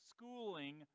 Schooling